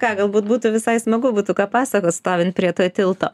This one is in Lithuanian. ką galbūt būtų visai smagu būtų ką pasakot stovint prie to tilto